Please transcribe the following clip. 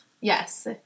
Yes